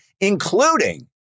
including